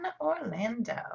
Orlando